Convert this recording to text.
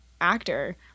actor